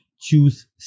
choose